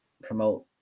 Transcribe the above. promote